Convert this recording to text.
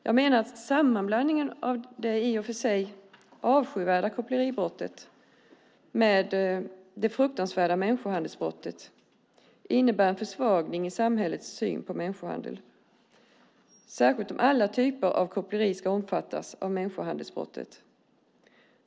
Jag menar att en sammanblandning av det i och för sig avskyvärda koppleribrottet med det fruktansvärda människohandelsbrottet innebär en försvagning i samhällets syn på människohandel, särskilt om alla typer av koppleri ska omfattas av människohandelsbrottet.